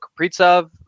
Kaprizov